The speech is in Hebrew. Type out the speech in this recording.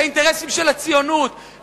את האינטרסים של הציונות,